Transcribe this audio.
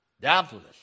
doubtless